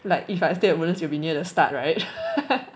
like if I stay at woodlands it will be near the start [right]